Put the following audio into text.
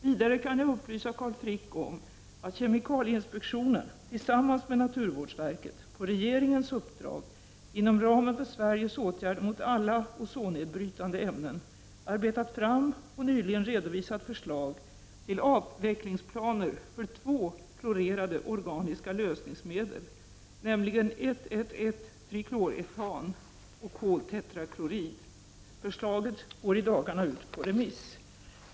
Vidare kan jag upplysa Carl Frick om att kemikalieinspektionen tillsammans med naturvårdsverket på regeringens uppdrag, inom ramen för Sveriges åtgärder mot alla ozonnedbrytande ämnen, arbetat fram och nyligen redovisat förslag till avvecklingsplaner för två klorerade organiska lösningsmedel, nämligen 1,1,1-trikloretan och koltetraklorid. Förslaget går i dagarna ut på remiss.